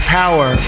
power